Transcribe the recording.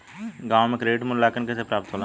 गांवों में क्रेडिट मूल्यांकन कैसे प्राप्त होला?